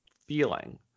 feeling